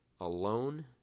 alone